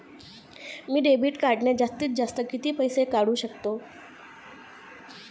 मी debit कार्डने जास्तीत जास्त किती पैसे काढू शकतो?